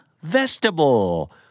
vegetable